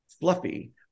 fluffy